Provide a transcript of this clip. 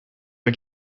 pas